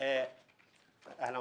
הוא